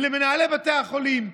למנהלי בתי החולים,